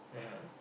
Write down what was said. (uh huh)